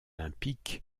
olympique